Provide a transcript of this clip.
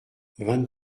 vingt